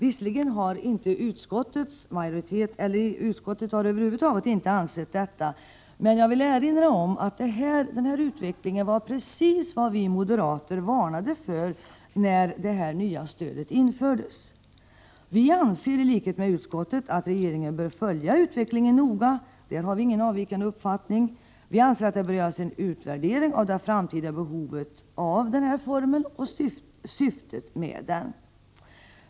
Visserligen har utskottet inte denna uppfattning, men jag vill erinra om att detta var precis vad vi moderater varnade för när det nya stödet infördes. Vi anser i likhet med utskottet att regeringen bör följa utvecklingen noga och göra en utvärdering av det framtida behovet av och syftet med stödformen.